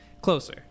Closer